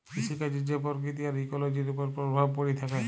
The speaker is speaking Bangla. কিসিকাজের যে পরকিতি আর ইকোলোজির উপর পরভাব প্যড়ে থ্যাকে